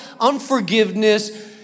unforgiveness